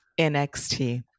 nxt